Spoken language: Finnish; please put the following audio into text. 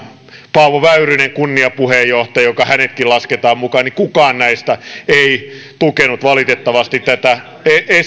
paavo väyrynen kunniapuheenjohtaja ja kun hänetkin lasketaan mukaan niin kukaan näistä ei valitettavasti tukenut tätä